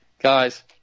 Guys